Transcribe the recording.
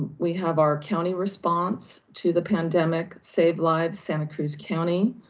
we have our county response to the pandemic, save lives santa cruz county.